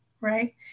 right